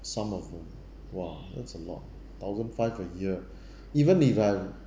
some of them !wah! that's a lot ah thousand five per year even if I